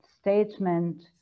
statement